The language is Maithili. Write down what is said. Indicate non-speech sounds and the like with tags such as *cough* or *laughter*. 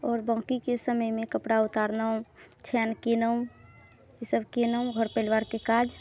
आओर बाँकीके समयमे कपड़ा उतरालहुँ *unintelligible* केलहुँ ई सब केलहुँ घर परिवारके काज